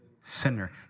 sinner